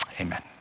amen